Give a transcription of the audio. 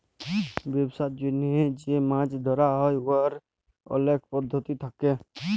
ব্যবসার জ্যনহে যে মাছ ধ্যরা হ্যয় উয়ার অলেক পদ্ধতি থ্যাকে